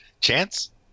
Chance